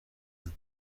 روز